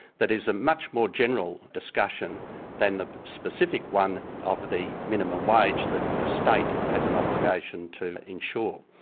that is a much more general discussion than the specific one of the minimum wage that the state has an obligation to ensure.